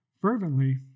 fervently